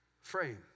frame